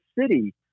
city